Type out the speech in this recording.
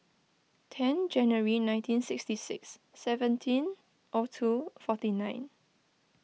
ten Jan nineteen sixty six seventeen O two forty nine